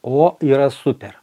o yra super